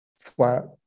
flat